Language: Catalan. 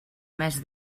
més